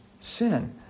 sin